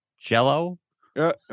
Jell-O